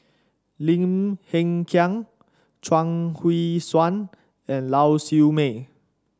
Lim Hng Kiang Chuang Hui Tsuan and Lau Siew Mei